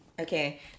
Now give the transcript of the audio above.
Okay